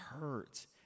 hurt